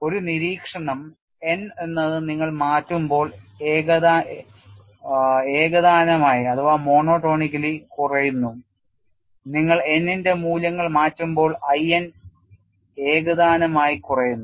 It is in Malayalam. ഒരു നിരീക്ഷണം n എന്നത് നിങ്ങൾ മാറ്റുമ്പോൾ ഏകതാനമായി കുറയുന്നു നിങ്ങൾ n ന്റെ മൂല്യങ്ങൾ മാറ്റുമ്പോൾ I n ഏകതാനമായി കുറയുന്നു